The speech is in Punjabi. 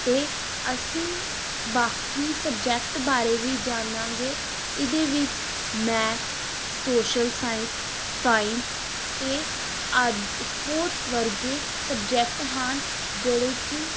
ਅਤੇ ਅਸੀਂ ਬਾਕੀ ਸਬਜੈਕਟ ਬਾਰੇ ਵੀ ਜਾਣਾਂਗੇ ਇਹਦੇ ਵਿੱਚ ਮੈਥ ਸੋਸ਼ਲ ਸਾਇੰਸ ਸਾਇੰਸ ਅਤੇ ਆਦਿ ਸਪੋਰਟਸ ਵਰਗੇ ਸਬਜੈਕਟ ਹਨ ਜਿਹੜੇ ਕਿ